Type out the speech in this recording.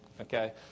okay